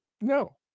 no